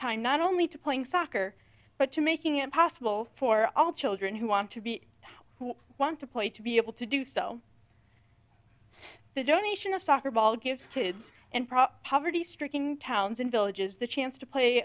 time not only to playing soccer but to making it possible for all children who want to be who want to play to be able to do so the donation of soccer ball gives kids and proper poverty stricken towns and villages the chance to play